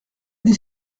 des